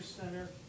center